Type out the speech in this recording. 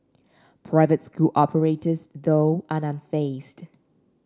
private school operators though are unfazed